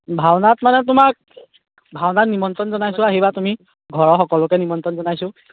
ভাওনাত মানে তোমাক ভাওনাত নিমন্ত্ৰণ জনাইছোঁ আহিবা তুমি ঘৰৰ সকলোকে নিমন্ত্ৰণ জনাইছোঁ